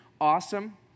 awesome